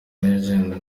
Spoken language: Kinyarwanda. legend